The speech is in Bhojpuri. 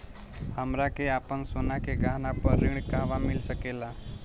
हमरा के आपन सोना के गहना पर ऋण कहवा मिल सकेला?